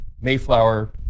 Mayflower